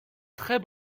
très